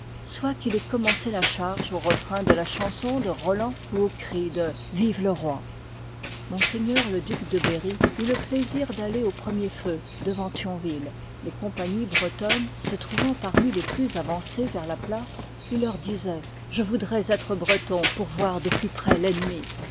soit qu'il ait commencé la charge au refrain de la cluuuon de rolland ou au cri dçve fc roi m le duc de berry eut le plaisir d'aller i part au premier feu devant thionville les liv i compagnies bretonnes se trouvant parmi les plus avancées vers la place il leur disoit je voudrois être breton pour voir de plus près l'ennemi